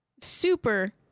super